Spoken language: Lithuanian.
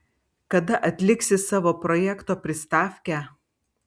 kada atliksi savo projekto pristavkę